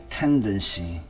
tendency